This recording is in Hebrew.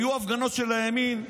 היו הפגנות של הימין,